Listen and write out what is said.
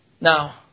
Now